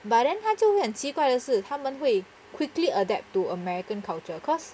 but then 他就会很奇怪的是他们会 quickly adapt to american culture cause